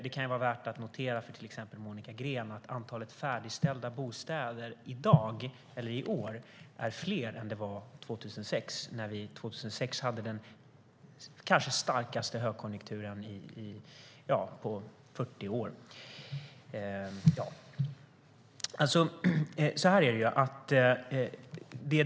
Det kan vara värt att notera för till exempel Monica Green att antalet färdigställda bostäder i år är fler än det var 2006, när vi hade den kanske starkaste högkonjunkturen på 40 år.